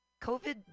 COVID